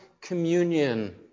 communion